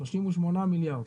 38 מיליארד.